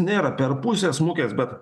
nėra per pusę smukęs bet